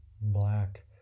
black